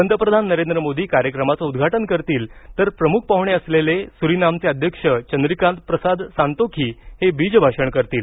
पंतप्रधान नरेंद्र मोदी कार्यक्रमाचं उद्घाटन करतील तर प्रमुख पाहूणे असलेले सुरीनामचे अध्यक्ष चंद्रिकाप्रसाद सांतोखी हे बीजभाषण करतील